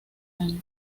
año